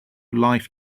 life